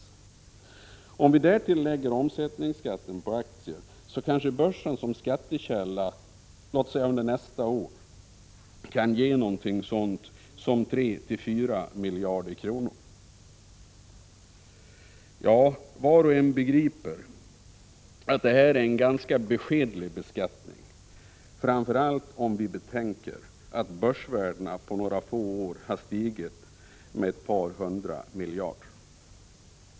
Lägger vi därtill omsättningsskatten på aktier kanske börsen som skattekälla, låt oss säga nästa år, kan ge 34 miljarder kronor. Var och en begriper att detta är en ganska beskedlig beskattning, framför allt om vi betänker att börsvärdena på några få år har stigit med ett par hundra miljarder.